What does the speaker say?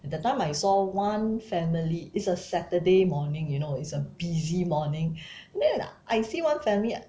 that time I saw one family it's a saturday morning you know it's a busy morning then I see one family